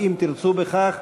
אם תרצו בכך,